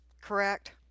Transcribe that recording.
correct